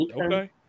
Okay